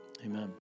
amen